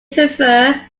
prefer